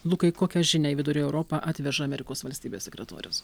lukai kokią žinią į vidurio europą atveža amerikos valstybės sekretorius